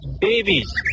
babies